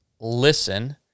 listen